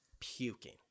puking